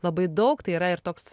labai daug tai yra ir toks